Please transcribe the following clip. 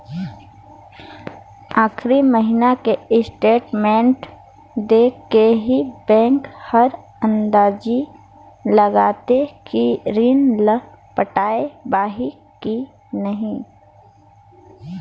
आखरी महिना के स्टेटमेंट देख के ही बैंक हर अंदाजी लगाथे कि रीन ल पटाय पाही की नही